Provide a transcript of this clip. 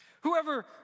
Whoever